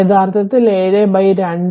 യഥാർത്ഥത്തിൽ 72 Ω